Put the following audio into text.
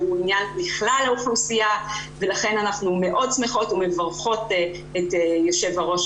עניין לכלל האוכלוסייה ולכן אנחנו מאוד שמחות ומברכות את יושב הראש